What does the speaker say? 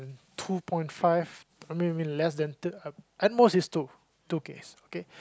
two point five I mean mean less than that uh at most is two two okay okay okay